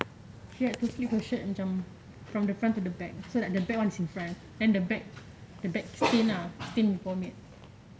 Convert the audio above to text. she had to flip her shirt macam from the front to the back so that the back [one] was in front then the back the back stained ah stained yet